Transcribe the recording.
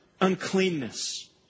uncleanness